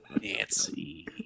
Nancy